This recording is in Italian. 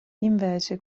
invece